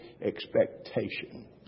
expectation